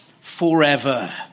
forever